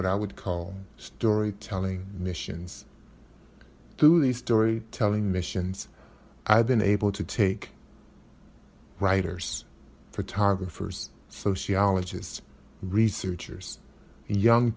what i would call storytelling missions to the story telling missions i've been able to take writers photographers sociologists researchers young